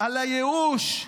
על הייאוש.